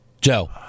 Joe